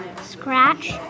scratch